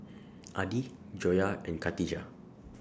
Adi Joyah and Katijah